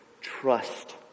trust